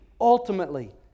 Ultimately